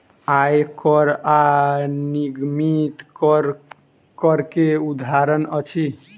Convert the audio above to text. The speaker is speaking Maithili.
आय कर आ निगमित कर, कर के उदाहरण अछि